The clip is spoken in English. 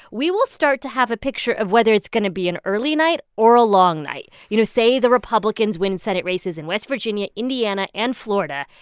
we will start to have a picture of whether it's going to be an early night or a long night. you know, say the republicans win senate races in west virginia, indiana and florida.